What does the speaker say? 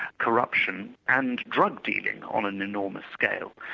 corruption and drug dealing on an enormous scale.